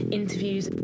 interviews